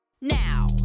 now